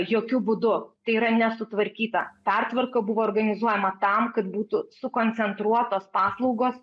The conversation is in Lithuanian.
jokiu būdu tai yra nesutvarkyta pertvarka buvo organizuojama tam kad būtų sukoncentruotos paslaugos